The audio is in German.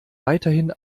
weiterhin